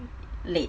late